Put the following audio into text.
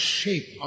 shape